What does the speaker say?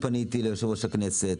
פניתי ליושב-ראש הכנסת,